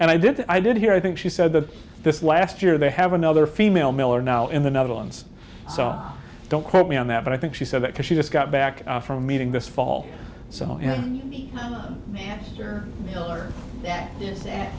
and i did i did hear i think she said that this last year they have another female miller now in the netherlands so don't quote me on that but i think she said that because she just got back from meeting this fall so and